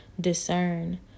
discern